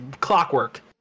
clockwork